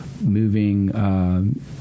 moving